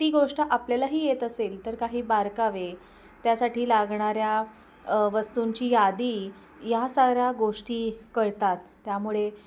ती गोष्ट आपल्यालाही येत असेल तर काही बारकावे त्यासाठी लागणाऱ्या वस्तूंची यादी या साऱ्या गोष्टी कळतात त्यामुळे